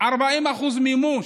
40% מימוש.